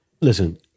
Listen